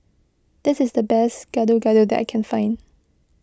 this is the best Gado Gado that I can find